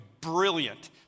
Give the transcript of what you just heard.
brilliant